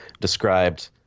described